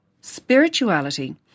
Spirituality